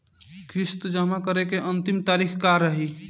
किस्त जमा करे के अंतिम तारीख का रही?